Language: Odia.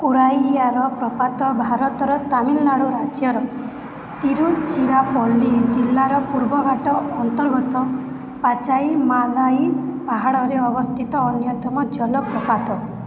କୋରାଇୟାର ପ୍ରପାତ ଭାରତର ତାମିଲନାଡ଼ୁ ରାଜ୍ୟର ତିରୁଚିରାପଲ୍ଲୀ ଜିଲ୍ଲାର ପୂର୍ବ ଘାଟ ଅନ୍ତର୍ଗତ ପାଚାଇମାଲାଇ ପାହାଡ଼ରେ ଅବସ୍ଥିତ ଅନ୍ୟତମ ଜଳପ୍ରପାତ